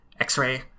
X-Ray